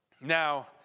Now